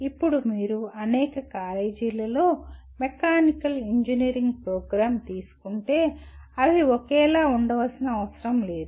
ఇప్పుడు మీరు అనేక కాలేజీలలో మెకానికల్ ఇంజనీరింగ్ ప్రోగ్రామ్ తీసుకుంటే అవి ఒకేలా ఉండవలసిన అవసరం లేదు